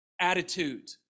attitude